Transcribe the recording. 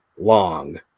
long